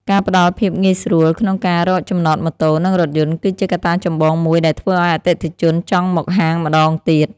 ការផ្តល់ភាពងាយស្រួលក្នុងការរកចំណតម៉ូតូ និងរថយន្ត គឺជាកត្តាចម្បងមួយដែលធ្វើឱ្យអតិថិជនចង់មកហាងម្តងទៀត។